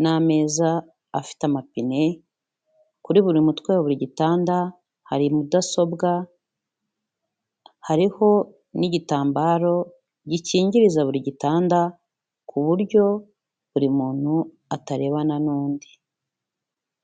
n'ameza afite amapine, kuri buri mutwe wa buri gitanda hari mudasobwa, hariho n'igitambaro gikingiriza buri gitanda ku buryo buri muntu atarebana n'undi.